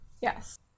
yes